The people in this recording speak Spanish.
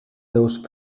los